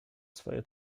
swoje